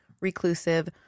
reclusive